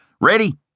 Ready